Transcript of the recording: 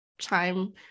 time